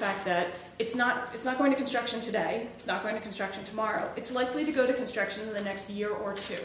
fact that it's not it's not going to construction today it's not going to construction tomorrow it's likely to go to construction in the next year or two